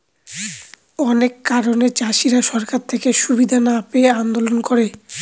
অনেক কারণে চাষীরা সরকার থেকে সুবিধা না পেয়ে আন্দোলন করে